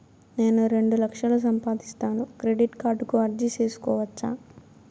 నేను రెండు లక్షలు సంపాదిస్తాను, క్రెడిట్ కార్డుకు అర్జీ సేసుకోవచ్చా?